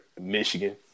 Michigan